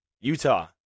Utah